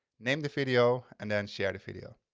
name the video and then shared a video.